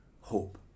hope